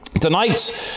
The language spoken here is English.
Tonight